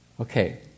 Okay